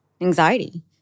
anxiety